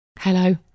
Hello